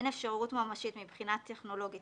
אין אפשרות ממשית מבחינה טכנולוגית